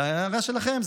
על ההערה שלכם,